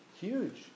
Huge